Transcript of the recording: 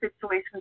situation